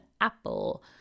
Apple